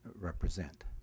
represent